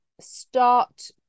start